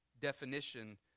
definition